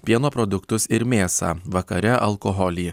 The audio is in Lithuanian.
pieno produktus ir mėsą vakare alkoholį